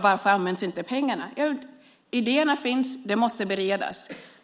Varför används inte pengarna? Idéerna finns, men de måste beredas.